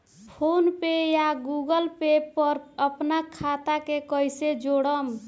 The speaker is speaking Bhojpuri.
फोनपे या गूगलपे पर अपना खाता के कईसे जोड़म?